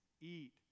eat